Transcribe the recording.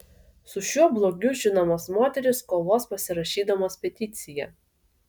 su šiuo blogiu žinomos moterys kovos pasirašydamos peticiją